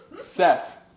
Seth